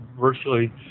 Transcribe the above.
virtually